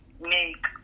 make